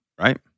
right